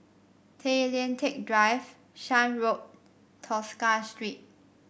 Tay Lian Teck Drive Shan Road Tosca Street